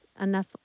enough